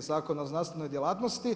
Zakona o znanstvenoj djelatnosti,